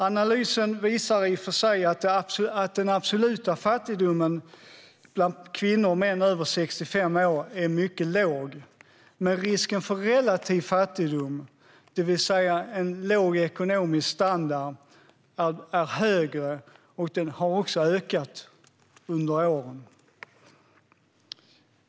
Analyserna visar i och för sig att den absoluta fattigdomen bland kvinnor och män över 65 år är mycket låg. Risken för relativ fattigdom, det vill säga en låg ekonomisk standard, är dock högre och har också ökat under senare år.